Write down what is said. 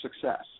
success